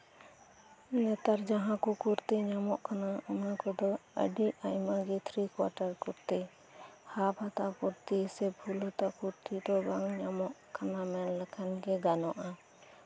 ᱱᱮᱛᱟᱨ ᱡᱟᱦᱟᱸ ᱠᱚ ᱠᱩᱨᱛᱤ ᱧᱟᱢᱚᱜ ᱠᱟᱱᱟ ᱚᱱᱟ ᱠᱚᱫᱚ ᱟᱹᱰᱤ ᱟᱭᱢᱟ ᱜᱮ ᱛᱷᱨᱤ ᱠᱚᱣᱟᱴᱟᱨ ᱠᱩᱨᱛᱤ ᱦᱟᱯ ᱦᱟᱛᱟ ᱠᱩᱨᱛᱤ ᱥᱮ ᱯᱷᱩᱞ ᱦᱟᱛᱟ ᱠᱩᱨᱛᱤ ᱫᱚ ᱵᱟᱝ ᱧᱟᱢᱚᱜ ᱠᱟᱱᱟ ᱢᱮᱱᱞᱮᱠᱷᱟᱱ ᱜᱮ ᱜᱟᱱᱚᱜᱼᱟ